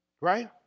Right